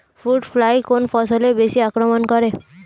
Fruit fly কোন ফসলে বেশি আক্রমন করে?